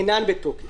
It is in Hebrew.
אינן בתוקף.